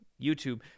YouTube